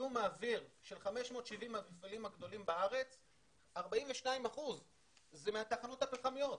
מזיהום האוויר של 570 המפעלים הגדולים בארץ זה מתחנות פחמיות.